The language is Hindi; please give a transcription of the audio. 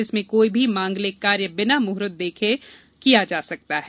इसमें कोई भी मांगलिक कार्य बिना मुहूर्त देखे किया जा सकता है